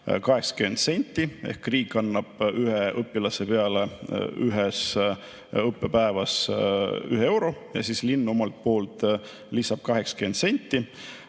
80 senti, ehk riik annab ühe õpilase peale ühes õppepäevas ühe euro ja linn omalt poolt lisab 80 senti.